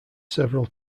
several